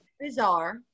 bizarre